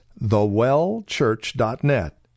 thewellchurch.net